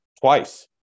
twice